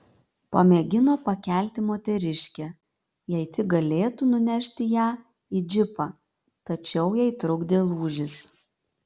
pamėgino pakelti moteriškę jei tik galėtų nunešti ją į džipą tačiau jai trukdė lūžis